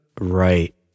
Right